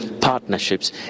partnerships